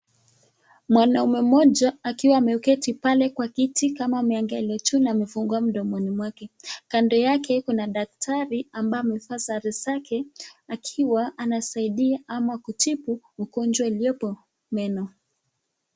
Mwanaume mmoja akiwa ameketi pale kwa kiti akiangalia juu akiwa amefungua mdomoni mwake. Kando yake kuna daktari ambaye amevaa sare zake akiwa anasaidia ama kutibu mgonjwa aliyepo meno.